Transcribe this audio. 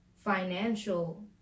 financial